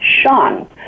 Sean